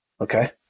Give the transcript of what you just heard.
Okay